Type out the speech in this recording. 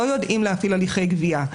לא יודעים להפעיל הליכי גבייה.